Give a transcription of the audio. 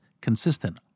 consistent